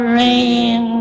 rain